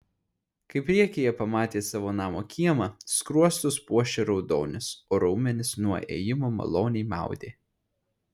kai priekyje pamatė savo namo kiemą skruostus puošė raudonis o raumenis nuo ėjimo maloniai maudė